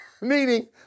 meaning